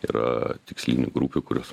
yra tikslinių grupių kurios